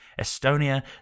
estonia